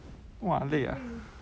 !wah! 累 ah